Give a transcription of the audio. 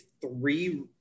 three